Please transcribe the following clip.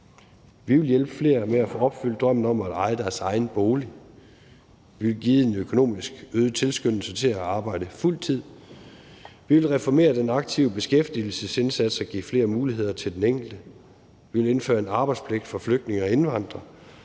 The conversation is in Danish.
Vi vil hjælpe flere med at få opfyldt drømmen om at eje deres egen bolig, vi vil give en øget økonomisk tilskyndelse til at arbejde fuld tid, vi vil reformere den aktive beskæftigelsesindsats og give flere muligheder til den enkelte, vi vil indføre en arbejdspligt for flygtninge og indvandrere